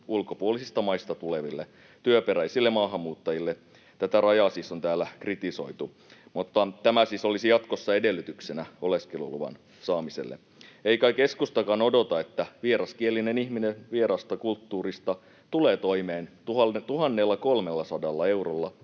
ulkopuolisista maista tuleville työperäisille maahanmuuttajille. Tätä rajaa siis on täällä kritisoitu, mutta tämä olisi jatkossa edellytyksenä oleskeluluvan saamiselle. Ei kai keskustakaan odota, että vieraskielinen ihminen vieraasta kulttuurista tulee toimeen 1 300 eurolla,